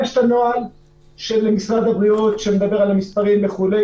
הנוהל של משרד הבריאות שמדבר על המספרים וכו'.